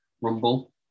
Rumble